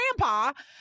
grandpa